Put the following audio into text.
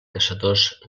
caçadors